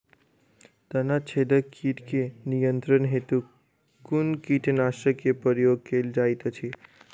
तना छेदक कीट केँ नियंत्रण हेतु कुन कीटनासक केँ प्रयोग कैल जाइत अछि?